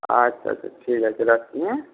আচ্ছা আচ্ছা ঠিক আছে রাখছি হ্যাঁ